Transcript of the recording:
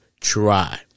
try